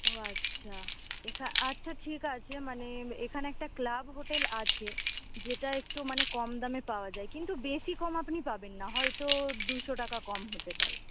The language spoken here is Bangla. ও আচ্ছা এখা আচ্ছা ঠিক আছে মানে এখানে একটা ক্লাব হোটেল আছে যেটা একটু মানে কম দামে পাওয়া যায় কিন্তু বেশি কম আপনি পাবেন না হয়তো দুশো টাকা কম হতে পারে